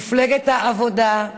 מפלגת העבודה,